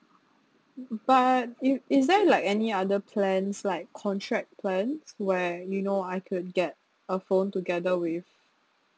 but is is there like any other plans like contract plan where you know I could get a phone together with